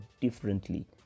differently